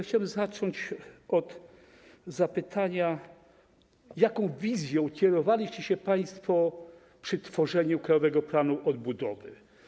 Chciałbym zacząć od zapytania, jaką wizją kierowaliście się państwo przy tworzeniu Krajowego Planu Odbudowy.